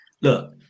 look